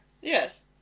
Yes